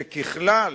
שככלל,